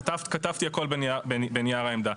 כתבתי הכול בנייר העמדה.